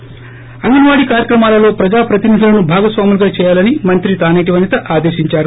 ి అంగన్ వాడీ కార్యక్రమాలలో ప్రజా ప్రతినిధులను భాగస్వాములుగా చేయాలని మంత్రి తాసేటి వనిత ఆదేశించారు